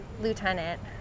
lieutenant